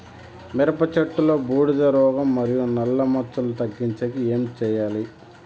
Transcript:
మిరప చెట్టులో బూడిద రోగం మరియు నల్ల మచ్చలు తగ్గించేకి ఏమి చేయాలి?